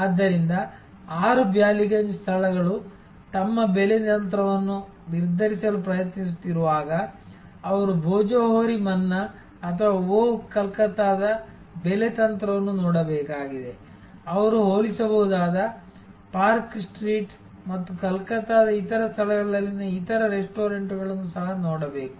ಆದ್ದರಿಂದ 6 ಬ್ಯಾಲಿಗಂಜ್ ಸ್ಥಳಗಳು ತಮ್ಮ ಬೆಲೆ ತಂತ್ರವನ್ನು ನಿರ್ಧರಿಸಲು ಪ್ರಯತ್ನಿಸುತ್ತಿರುವಾಗ ಅವರು ಭೋಜೋಹೋರಿ ಮನ್ನಾ ಅಥವಾ ಓಹ್ ಕಲ್ಕತ್ತಾದ ಬೆಲೆ ತಂತ್ರವನ್ನು ನೋಡಬೇಕಾಗಿದೆ ಅವರು ಹೋಲಿಸಬಹುದಾದ ಪಾರ್ಕ್ ಸ್ಟ್ರೀಟ್ ಮತ್ತು ಕಲ್ಕತ್ತಾದ ಇತರ ಸ್ಥಳಗಳಲ್ಲಿನ ಇತರ ರೆಸ್ಟೋರೆಂಟ್ಗಳನ್ನು ಸಹ ನೋಡಬೇಕು